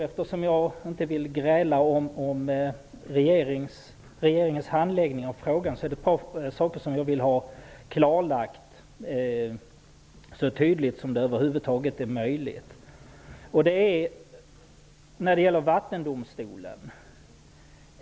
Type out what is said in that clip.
Eftersom jag inte vill gräla om regeringens handläggning av frågan är det ett par saker jag vill ha klarlagda så tydligt som det över huvud taget är möjligt. Den ena gäller Vattendomstolen.